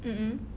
mm mm